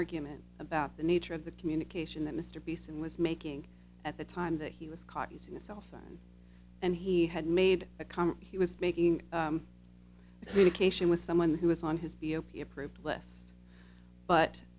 argument about the nature of the communication that mr pease and was making at the time that he was caught using a cell phone and he had made a comment he was making really cation with someone who was on his